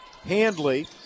Handley